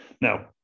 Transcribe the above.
Now